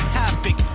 topic